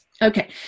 Okay